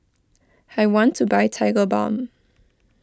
I want to buy Tigerbalm